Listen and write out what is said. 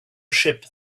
ship